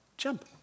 jump